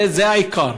זה העיקר.